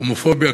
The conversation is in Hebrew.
הומופוביה,